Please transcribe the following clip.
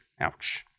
Ouch